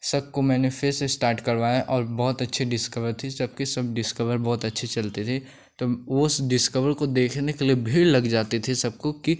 सबको मैंने फिर से स्टार्ट करवाया और बहुत अच्छी डिस्कवर थी सबकी सब डिस्कवर बहुत अच्छी चलती थी तो उस डिस्कवर को देखने के लिए भीड़ लग जाती थी सबको कि